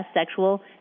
sexual